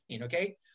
Okay